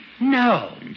No